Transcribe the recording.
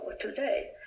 today